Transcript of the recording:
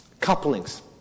couplings